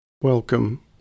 Welcome